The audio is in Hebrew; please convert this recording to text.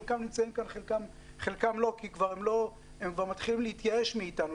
חלקם נמצאים כאן וחלקם לא כי הם כבר מתחילים להתייאש מאיתנו.